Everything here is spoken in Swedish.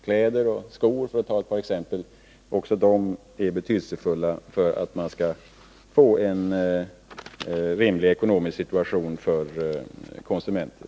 kläder och skor — som jag också nämner i mitt svar — betydelsefulla när det gäller att skapa en rimlig ekonomisk situation för konsumenten.